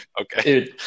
okay